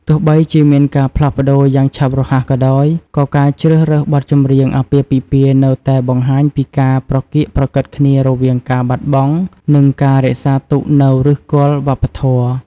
ទោះបីជាមានការផ្លាស់ប្តូរយ៉ាងឆាប់រហ័សក៏ដោយ ក៏ការជ្រើសរើសបទចម្រៀងអាពាហ៍ពិពាហ៍នៅតែបង្ហាញពីការប្រកៀកប្រកិតគ្នារវាងការបាត់បង់ និងការរក្សាទុកនូវឫសគល់វប្បធម៌។